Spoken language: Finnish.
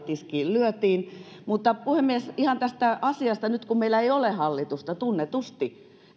lyötiin mutta puhemies ihan tästä asiasta nyt kun meillä ei ole hallitusta tunnetusti niin